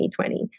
2020